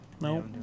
No